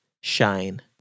shine